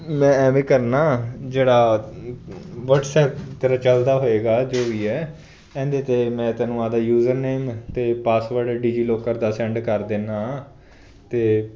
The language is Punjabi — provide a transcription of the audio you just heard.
ਮੈਂ ਇਵੇਂ ਕਰਨਾ ਜਿਹੜਾ ਵਟਸਐਪ ਤੇਰਾ ਚਲਦਾ ਹੋਵੇਗਾ ਜੋ ਵੀ ਹੈ ਇਹਦੇ 'ਤੇ ਮੈਂ ਤੈਨੂੰ ਆਪਣਾ ਯੂਜਰ ਨੇਮ ਅਤੇ ਪਾਸਵਰਡ ਡੀਜੀਲੋਕਰ ਦਾ ਸੈਂਡ ਕਰ ਦੇਂਦਾ ਹਾਂ ਅਤੇ